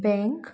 bank